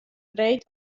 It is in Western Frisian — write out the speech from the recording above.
freed